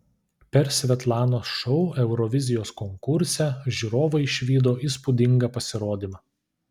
per svetlanos šou eurovizijos konkurse žiūrovai išvydo įspūdingą pasirodymą